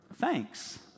thanks